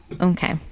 Okay